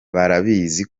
barabizi